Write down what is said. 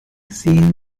sehen